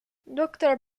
doctor